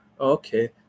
Okay